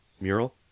mural